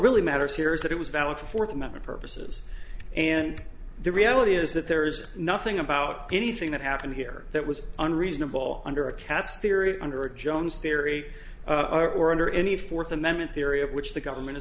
really matters here is that it was valid for fourth amendment purposes and the reality is that there's nothing about anything that happened here that was unreasonable under a cat's theory under a jones theory or under any fourth amendment theory of which the government is